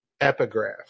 epigraph